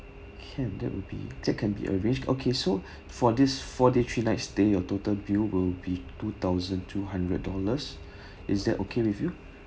can that will be that can be arrange okay so for this four day three night stay your total bill will be two thousand two hundred dollars is that okay with you